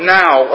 now